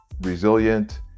resilient